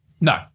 No